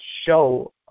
show